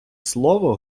слово